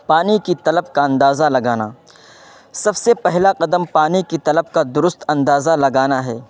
پانی کی طلب کا ندازہ لگانا سب سے پہلا قدم پانی کی طلب کا درست اندازہ لگانا ہے